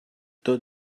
tot